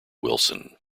wilson